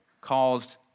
caused